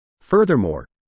Furthermore